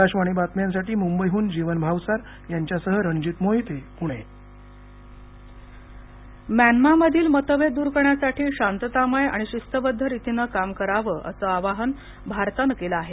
आकाशावणी बातम्यांसाठी मुंबईहून जीवन भावसार यांच्यासह रणजित मोहिते पुणे भारत म्यान्मा म्यान्मा मधील मतभेद दूर करण्यासाठी शांततामय आणि शिस्तबद्ध रीतीनं काम करावं असं आवाहन भारतानं केलं आहे